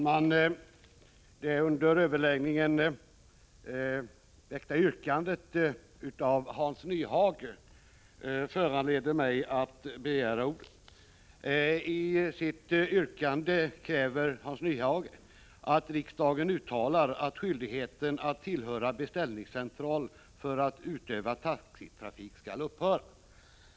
Herr talman! Det av Hans Nyhage under överläggningen väckta yrkandet föranleder mig att begära ordet.